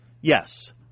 Yes